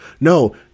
no